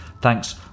Thanks